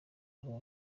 avuga